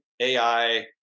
AI